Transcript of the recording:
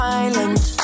island